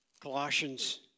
Colossians